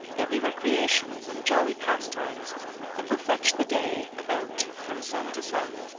there be recreations and jolly pastimes that will fetch the day about from sun to sun,